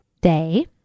Day